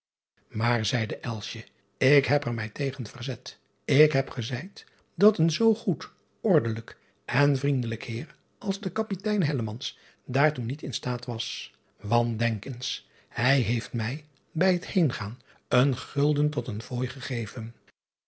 aar zeide ik heb er mij tegen verzet k heb gezeid dat een zoo goed ordenlijk en vriendelijk eer als de apitein daartoe niet in staat was want denk eens hij heeft mij bij het heengaan een gulden tot een